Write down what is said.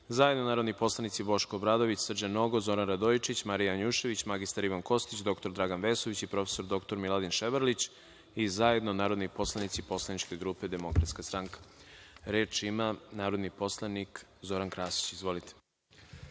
zajedno narodni poslanici Boško Obradović, Srđan Nogo, Zoran Radojičić, Marija Janjušević, mr. Ivan Kostić, dr Dragan Vesović i prof. dr Miladin Ševrlić i zajedno narodni poslanici Poslaničke grupe DS.Reč ima narodni poslanica Vjerica Radeta. Izvolite.